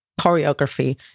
choreography